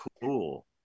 cool